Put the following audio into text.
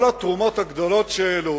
כל התרומות הגדולות שהעלו,